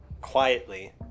quietly